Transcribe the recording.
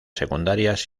secundarias